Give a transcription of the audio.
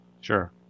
Sure